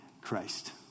Christ